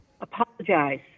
Apologize